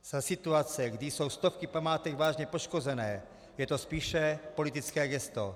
Za situace, kdy jsou stovky památek vážně poškozené, je to spíše politické gesto.